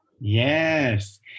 Yes